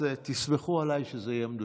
אז תסמכו עליי שזה יהיה מדויק.